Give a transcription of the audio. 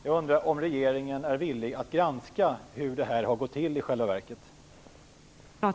Jag undrar om regeringen är villig att granska hur det här i själva verket har gått till.